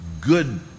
good